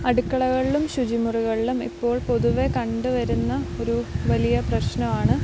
അടുക്കളകളിലും ശുചി മുറികളിലും ഇപ്പോൾ പൊതുവെ കണ്ടുവരുന്ന ഒരു വലിയ പ്രശ്നമാണ്